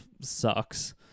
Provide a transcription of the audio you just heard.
sucks